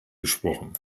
gesprochen